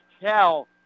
tell